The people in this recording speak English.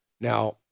Now